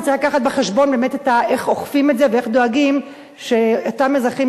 צריך להביא בחשבון איך אוכפים את זה ואיך דואגים שאותם אזרחים